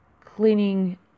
cleaning